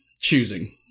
choosing